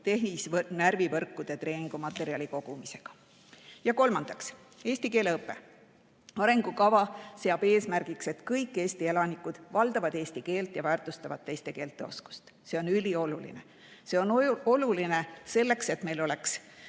tehisnärvivõrkude treeningumaterjali kogumisega. Ja kolmandaks, eesti keele õpe. Arengukava seab eesmärgiks, et kõik Eesti elanikud valdavad eesti keelt ja väärtustavad teiste keelte oskust. See on ülioluline. See on oluline selleks, et meil oleks